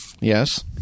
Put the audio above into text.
Yes